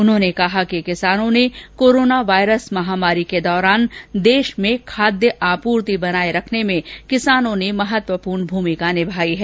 उन्होंने कहा कि किसानों ने कोरोना वायरस महामारी के दौरान देश में खाद्य आपूर्ति बनाये रखने में किसानों ने महत्वपूर्ण भूमिका निभाई है